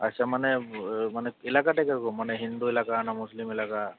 আচ্ছা মানে মানে এলাকাটা কিরকম মানে হিন্দু এলাকা না মুসলিম এলাকা